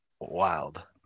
Wild